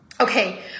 okay